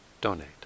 donate